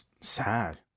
sad